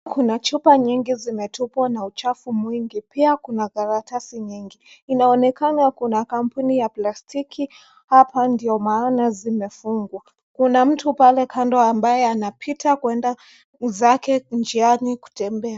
Kuna chupa nyingi zimetupwa na uchafu mwingi, pia kuna karatasi nyingi. Inaonekana kuna kampuni ya plastiki hapa ndio maana zimefungwa. Kuna mtu pale kando ambaye anapita kwenda zake njiani kutembea.